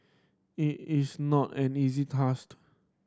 it is not an easy task